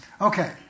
okay